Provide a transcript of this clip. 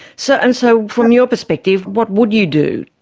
so and so from your perspective, what would you do?